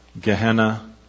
Gehenna